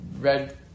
red